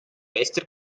bester